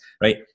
right